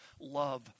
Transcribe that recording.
love